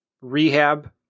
rehab